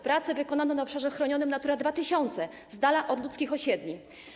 Prace wykonano na obszarze chronionym Natura 2000, z dala od ludzkich osiedli.